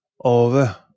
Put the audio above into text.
over